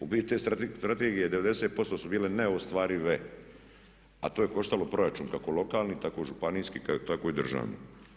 U biti te strategije 90% su bile neostvarive, a to je koštalo proračun kako lokalni tako i županijski tako i državni.